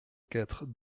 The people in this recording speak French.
quatre